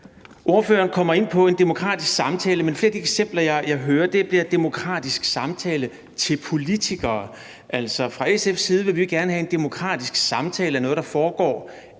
Ordføreren kommer ind på en demokratisk samtale, men i flere af de eksempler, jeg hører, bliver en »demokratisk samtale« til noget med politikere. Altså, fra SF's side vil vi gerne have, at en demokratisk samtale er noget, der foregår